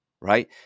right